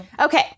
Okay